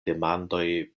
demandoj